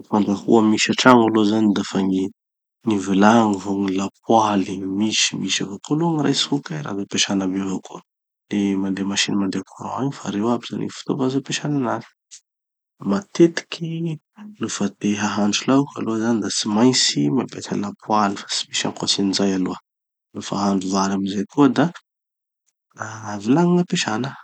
Gny fandrahoa misy antragno aloha zany dafa gny vilagny vo gny lapoaly gny misy. Misy avao koa aloha gny rice cooker ampesana amin'io avao koa. De mandeha masina mandeha courant igny. Fa reo aby zany gny fitova ze ampesa aminazy. Matetiky nofa te hahandro laoky hanao zany da tsy maintsy mampiasa lapoaly fa tsy misy ankoatrin'izay aloha. Nofa hahandro vary amizay koa da ah vilagny gn'ampesana.